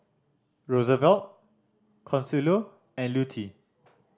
Rosevelt Consuelo and Lutie